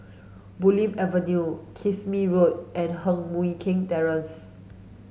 Bulim Avenue Kismis Road and Heng Mui Keng Terrace